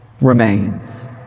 remains